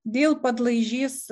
dėl padlaižys